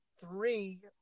three